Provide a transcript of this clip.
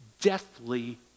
deathly